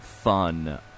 fun